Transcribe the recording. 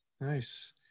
Nice